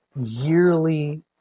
yearly